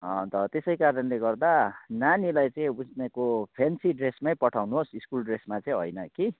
अन्त त्यसै कारणले गर्दा नानीलाई चाहिँ उसको फेन्सी ड्रेसमै पठाउनुहोस् स्कुल ड्रेसमा चाहिँ होइन कि